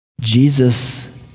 Jesus